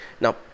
Now